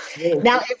Now